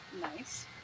Nice